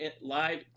live